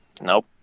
Nope